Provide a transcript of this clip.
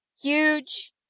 huge